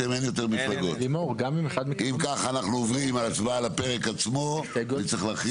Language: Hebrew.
אם כך, אנחנו עוברים להצבעה על הפרק עצמו; סעיף